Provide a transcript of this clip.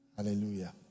hallelujah